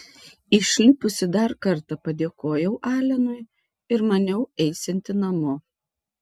išlipusi dar kartą padėkojau alenui ir maniau eisianti namo